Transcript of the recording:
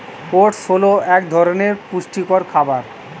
oats হল এক ধরনের পুষ্টিকর খাবার